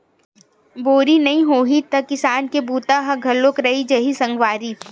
बोरी नइ होही त किसानी के बूता ह अधुरा रहि जाही सगवारी